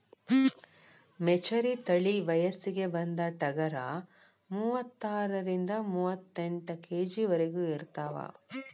ಮೆಚರಿ ತಳಿ ವಯಸ್ಸಿಗೆ ಬಂದ ಟಗರ ಮೂವತ್ತಾರರಿಂದ ಮೂವತ್ತೆಂಟ ಕೆ.ಜಿ ವರೆಗು ಇರತಾವ